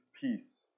Peace